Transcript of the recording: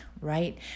right